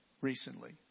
recently